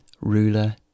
Ruler